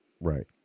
Right